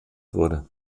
wurde